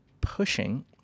pushing